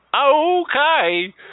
Okay